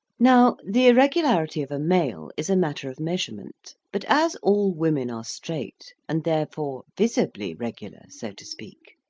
now the irregularity of a male is a matter of measurement but as all women are straight, and therefore visibly regular so to speak,